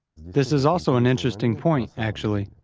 this is also an interesting point, actually.